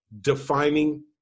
defining